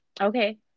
Okay